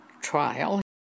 trial